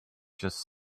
just